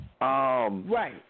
right